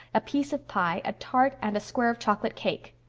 a piece of pie, a tart, and a square of chocolate cake!